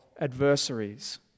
adversaries